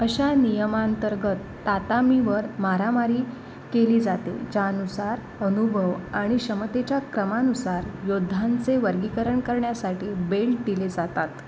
अशा नियमांतर्गत तातामीवर मारामारी केली जाते ज्यानुसार अनुभव आणि क्षमतेच्या क्रमानुसार योद्ध्यांचे वर्गीकरण करण्यासाठी बेल्ट दिले जातात